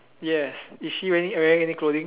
yes is she wearing wearing any clothing